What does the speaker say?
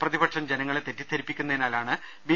പ്രതിപക്ഷം ജനങ്ങളെ തെറ്റിദ്ധരിപ്പിക്കുന്നതിനാലാണ് ബി